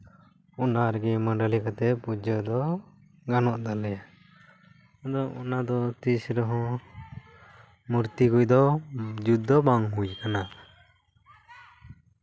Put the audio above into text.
ᱚᱱᱟ ᱨᱮᱜᱮ ᱢᱳᱰᱳᱞᱤ ᱠᱟᱛᱮ ᱯᱩᱡᱟᱹ ᱫᱚ ᱜᱟᱱᱚᱜ ᱛᱟᱞᱮᱭᱟ ᱟᱫᱚ ᱚᱱᱟ ᱫᱚ ᱛᱤᱥ ᱨᱮᱦᱚᱸ ᱢᱩᱨᱛᱤ ᱠᱚᱫᱚ ᱡᱩᱛ ᱫᱚ ᱵᱟᱝ ᱦᱩᱭ ᱠᱟᱱᱟ